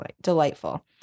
delightful